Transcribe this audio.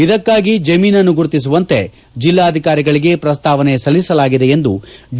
ಇದಕ್ಕಾಗಿ ಜಮೀನನ್ನು ಗುರುತಿಸುವಂತೆ ಜಿಲ್ಲಾಧಿಕಾರಿಗಳಿಗೆ ಪ್ರಸ್ನಾವನೆ ಸಲ್ಲಿಸಲಾಗಿದೆ ಎಂದು ಡಿ